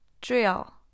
Drill